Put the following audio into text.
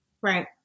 Right